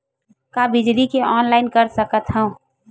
का बिजली के ऑनलाइन कर सकत हव?